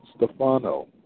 Stefano